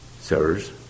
Sirs